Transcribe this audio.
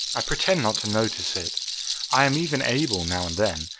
i pretend not to notice it i am even able, now and then,